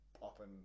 popping